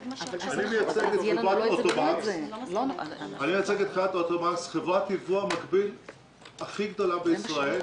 אני מייצג את חברת אוטומקס חברת הייבוא המקביל הכי גדולה בישראל,